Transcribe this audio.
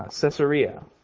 Caesarea